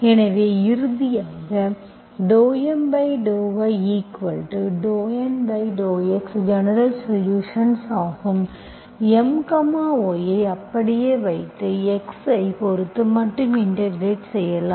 எனவே இறுதியாக இது ∂M∂y∂N∂x ஜெனரல்சொலுஷன்ஸ் ஆகும் M y ஐ அப்படியே வைத்து x ஐப் பொறுத்து மட்டுமே இன்டெகிரெட் செய்யலாம்